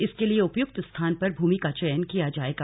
इसके लिए उपयुक्त स्थान पर भूमि का चयन किया जाएगा